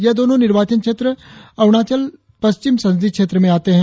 यह दोनों निर्वाचन क्षेत्र अरुणाचल पश्चिम संसदीय क्षेत्र में आते है